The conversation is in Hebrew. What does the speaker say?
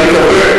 לכן אני מקווה